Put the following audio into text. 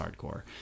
hardcore